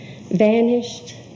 vanished